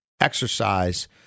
exercise